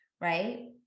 right